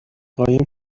قایم